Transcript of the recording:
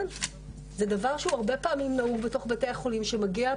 זה דבר שהרבה פעמים נהוג בתוך בתי החולים: שמגיעה